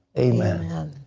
amen.